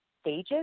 stages